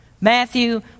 Matthew